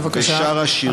בבקשה,